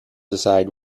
decide